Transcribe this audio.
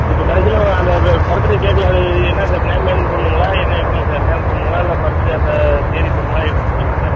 இப்போ கடைசியில் அந்த ப பர்த்டே கேக்கில் என்ன சார் நேம் எதுவும் போடணுங்களா என்ன எப்படிங்க சார் நேம் போடணுங்களா இல்லை பர்த்டே அந்தத் தேதி போடணுங்களா எப்படின்னு சொல்லுங்கள் சார்